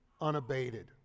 unabated